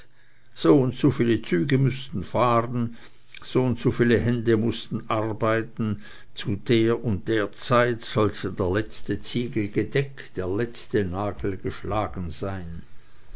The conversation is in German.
säet soundso viel züge mußten fahren soundso viel hände mußten arbeiten zu der und der zeit sollte der letzte ziegel gedeckt der letzte nagel geschlagen sein